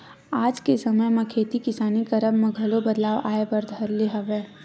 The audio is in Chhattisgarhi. आज के समे म खेती किसानी करब म घलो बदलाव आय बर धर ले हवय